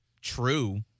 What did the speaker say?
true